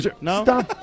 No